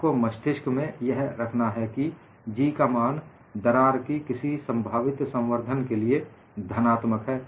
आपको मस्तिष्क में यह रखना है कि G का मान दरार की किसी संभावित संवर्धन के लिए धनात्मक है